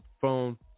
phone